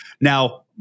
now